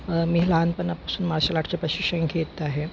मी लहानपणापासून मार्शल आर्टचे प्रशिक्षण घेत आहे